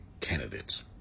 candidates